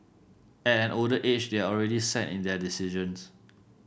at an older age they're already set in their decisions